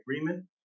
agreement